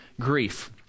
grief